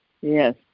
Yes